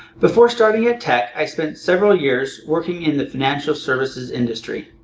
before starting at tech i spent several years working in the financial services industry.